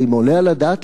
האם עולה על הדעת,